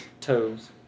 Toes